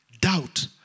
doubt